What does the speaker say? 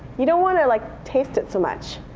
you don't want to like taste it so much.